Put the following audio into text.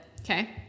Okay